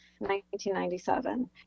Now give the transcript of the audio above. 1997